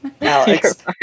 Alex